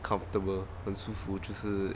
comfortable 很舒服就是